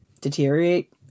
deteriorate